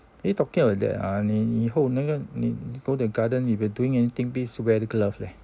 eh talking about that ah 你你以后那个你 go the garden if you're doing anything please wear glove leh